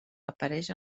apareix